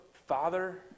father